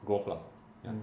growth lah